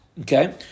okay